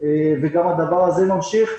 וגם הדבר הזה ממשיך.